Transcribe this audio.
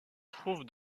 trouve